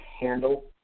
handle